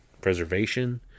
preservation